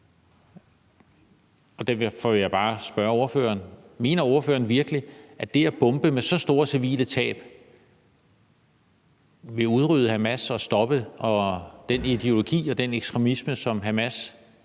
og derfor vil jeg bare spørge ordføreren, om ordføreren virkelig mener, at det, at man bomber med så store civile tab til følge, vil udrydde Hamas og stoppe den ideologi og den ekstremisme, som Hamas